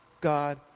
God